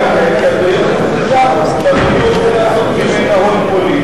כי אדוני מעוניין לעשות ממנה הון פוליטי.